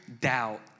doubt